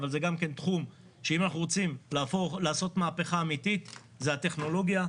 אבל זה גם תחום שאם אנחנו רוצים לעשות מהפכה אמיתית זה הטכנולוגיה,